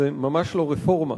זה ממש לא רפורמה.